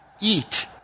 eat